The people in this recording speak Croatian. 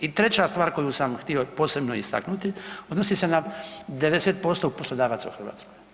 I treća stvar koju sam htio posebno istaknuti odnosi se na 90% poslodavaca u Hrvatskoj.